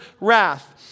wrath